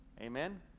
Amen